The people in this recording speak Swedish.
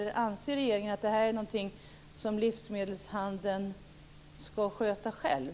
Eller anser regeringen att detta är någonting som livsmedelshandeln själv skall sköta?